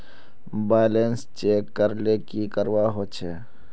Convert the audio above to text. Balance check करले की करवा होचे?